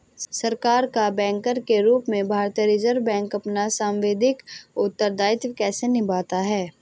सरकार का बैंकर के रूप में भारतीय रिज़र्व बैंक अपना सांविधिक उत्तरदायित्व कैसे निभाता है?